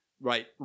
Right